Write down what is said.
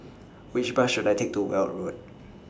Which Bus should I Take to Weld Road